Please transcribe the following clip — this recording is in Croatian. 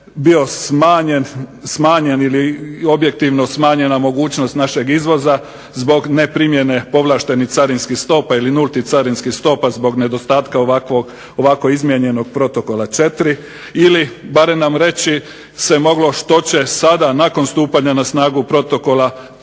bio smanjen ili objektivno smanjena mogućnost našeg izvoza zbog neprimjene povlaštenih carinskih stopa ili nultih carinskih stopa zbog nedostatka ovako izmijenjenog Protokola 4. Ili barem nam reći se moglo što će sada nakon stupanja na snagu protokola to